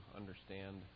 understand